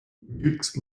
mutes